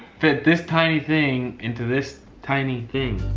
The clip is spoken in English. fit this tiny thing into this tiny thing.